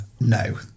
No